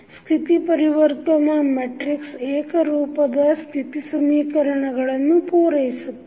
ಸ್ಥಿತಿ ಪರಿವರ್ತನ ಮೆಟ್ರಿಕ್ಸ್ ಏಕರೂಪದ ಸ್ಥಿತಿ ಸಮೀಕರಣಗಳನ್ನು ಪೂರೈಸುತ್ತದೆ